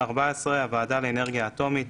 (14)הוועדה לאנרגיה אטומית,